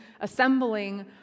assembling